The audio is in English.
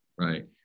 Right